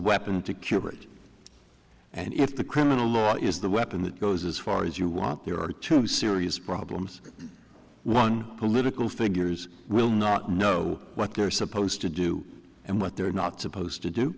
weapon to cure it and if the criminal law is the weapon that goes as far as you want there are two serious problems one political figures will not know what they're supposed to do and what they're not supposed to do